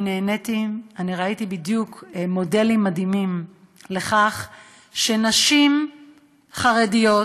נהניתי, ראיתי מודלים מדהימים שנשים חרדיות,